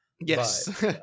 Yes